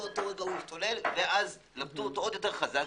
באותו רגע הוא השתולל, ולפתו אותו עוד יותר חזק.